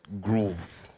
groove